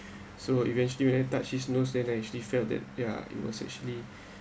so eventually when I touched his nose then I actually felt that yeah it was actually